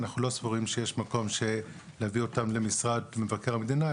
אנחנו לא סבורים שיש מקום להעביר אותם למשרד מבקר המדינה,